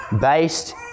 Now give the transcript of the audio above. based